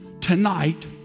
tonight